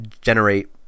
generate